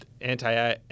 anti